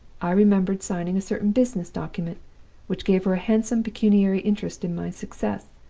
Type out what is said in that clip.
i remembered signing a certain business document which gave her a handsome pecuniary interest in my success,